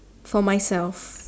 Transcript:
for myself